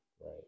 right